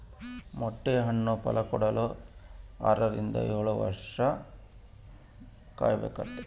ಮೊಟ್ಟೆ ಹಣ್ಣು ಫಲಕೊಡಲು ಆರರಿಂದ ಏಳುವರ್ಷ ತಾಂಬ್ತತೆ